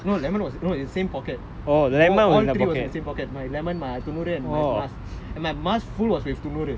no lemon was in same pocket all three was in the same pocket my lemon my துணுறு:tunuru and my mask and my mask was full with துணுறு:tunuru